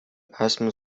esmu